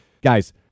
guys